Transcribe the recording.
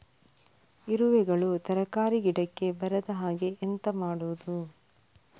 ಇರುವೆಗಳು ತರಕಾರಿ ಗಿಡಕ್ಕೆ ಬರದ ಹಾಗೆ ಎಂತ ಮಾಡುದು?